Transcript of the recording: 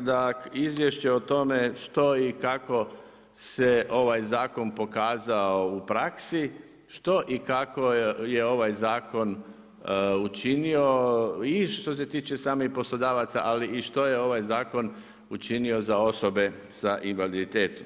da izvješće o tome što i kako se ovaj zakon pokazao u praksi, što i kako je ovaj zakon učinio i što se tiče samih poslodavaca ali i što je ovaj zakon učinio za osobe sa invaliditetom.